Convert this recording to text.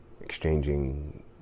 exchanging